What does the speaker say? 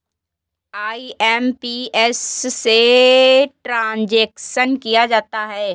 IMPS से transaction किया जाता है